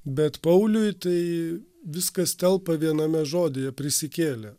bet pauliui tai viskas telpa viename žodyje prisikėlė